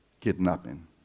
kidnapping